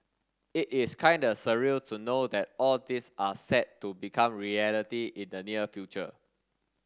it is kinda surreal to know that all this are set to become reality in the near future